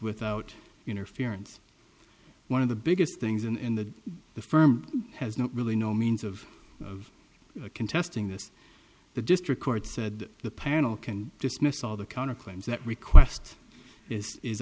without interference one of the biggest things in the the firm has not really no means of of contesting this the district court said the panel can dismiss all the counter claims that request this is